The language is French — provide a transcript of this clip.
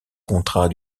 contrat